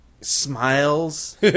Smiles